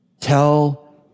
Tell